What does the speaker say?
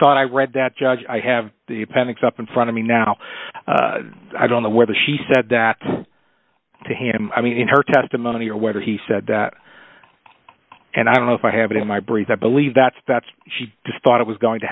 thought i read that judge i have the appendix up in front of me now i don't know whether she said that to him i mean in her testimony or whether he said that and i don't know if i have it in my breath i believe that's that's she just thought it was going to